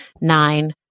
nine